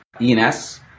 ENS